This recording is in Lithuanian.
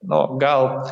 nu gal